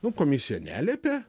nu komisija neliepė